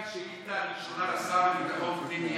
שלי השאילתה הראשונה לשר לביטחון פנים,